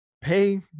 pay